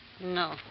No